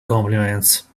compliments